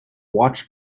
watch